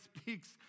speaks